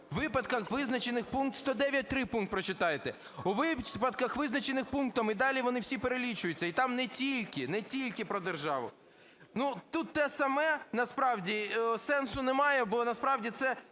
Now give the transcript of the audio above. випадках, визначених…" Пункт 109.3 прочитайте: "У випадках, визначених пунктами…" І далі вони всі перелічуються. І там не тільки, не тільки про державу. Ну, тут те саме насправді. Сенсу немає, бо насправді це